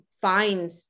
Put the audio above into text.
find